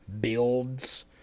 builds